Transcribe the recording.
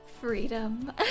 Freedom